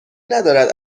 ندارد